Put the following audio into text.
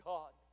God